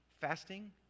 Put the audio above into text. Fasting